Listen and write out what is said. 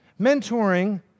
mentoring